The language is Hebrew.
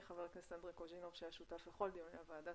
חבר הכנסת אנדרי קוז'נוב שהיה שותף לכל דיוני הוועדה.